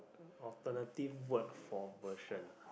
alternative word for version